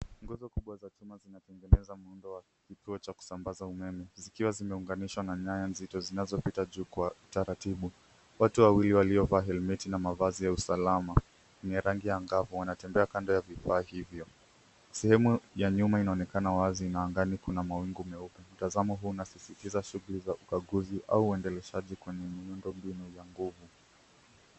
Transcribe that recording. Nguzo kubwa za chuma zinatengeneza muundo wa kituo cha kusambaza umeme zikiwa zimeunganishwa na nyaya nzito zinazopita juu kwa taratibu. Watu wawili waliovaa helmeti na mavazi ya usalama ya rangi ya ngavu wanatembea kando ya vifaa hivyo sehemu ya nyuma inaonekana wazi na angani kuna mawingu meupe. Mtazamo huu unasisitiza shughuli za ukaguzi au uendeleshaji kwenye miundo mbinu za nguvu.